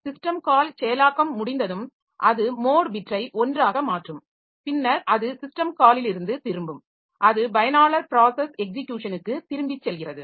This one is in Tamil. சிஸ்டம் கால் செயலாக்கம் முடிந்ததும் அது மோட் பிட்டை 1 ஆக மாற்றும் பின்னர் அது சிஸ்டம் காலிலிருந்து திரும்பும் அது பயனாளர் ப்ராஸஸ் எக்ஸிக்யுஷனுக்கு திரும்பி செல்கிறது